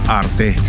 arte